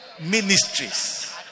ministries